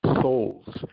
souls